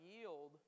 yield